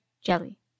jelly